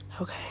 Okay